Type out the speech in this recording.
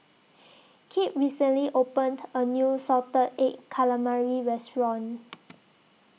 Kipp recently opened A New Salted Egg Calamari Restaurant